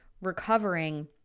recovering